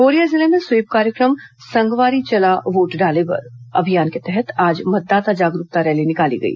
Korea जिले में SVEEP कार्यक्रम संगवारी चला वोट डाले बर अभियान के तहत आज मतदाता जागरूकता रैली निकाली गई